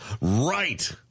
right